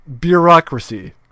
bureaucracy